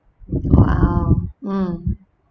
!wow! mm